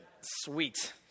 Sweet